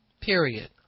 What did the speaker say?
period